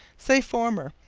say, former.